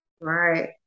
Right